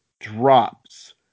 drops